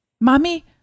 Mommy